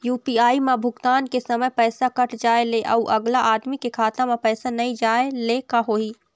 UPI म भुगतान के समय पैसा कट जाय ले, अउ अगला आदमी के खाता म पैसा नई जाय ले का होही?